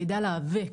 שיידע להיאבק.